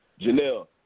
Janelle